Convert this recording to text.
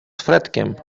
fredkiem